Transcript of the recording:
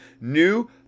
new